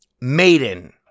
Maiden